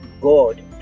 God